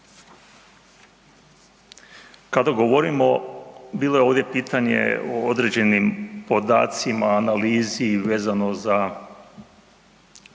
Kada govorimo, bilo je ovdje pitanje o određenim podacima, analizi vezano za